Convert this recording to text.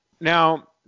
Now